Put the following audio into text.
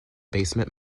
basement